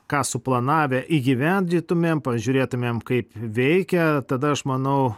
ką suplanavę įgyvendintumėm pažiūrėtumėm kaip veikia tada aš manau